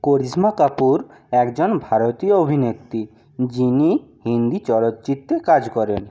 করিশ্মা কাপুর একজন ভারতীয় অভিনেত্রী যিনি হিন্দি চলচ্চিত্রে কাজ করেন